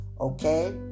okay